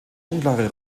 unklare